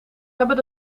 hebben